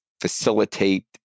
facilitate